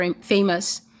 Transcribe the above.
famous